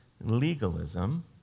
legalism